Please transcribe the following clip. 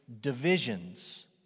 divisions